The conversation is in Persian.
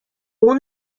اون